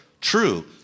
True